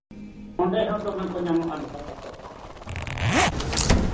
ᱚᱸᱰᱮ ᱦᱚᱸ ᱫᱚᱢᱮ ᱠᱚ ᱧᱟᱢᱚᱜᱼᱟ ᱫᱚᱦᱚ ᱠᱟᱠᱚ ᱟᱠᱚ